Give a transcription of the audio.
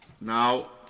Now